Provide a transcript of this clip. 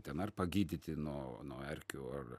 ten ar pagydyti nuo nuo erkių ar